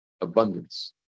Abundance